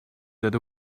that